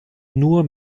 nur